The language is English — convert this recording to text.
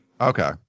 Okay